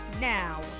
Now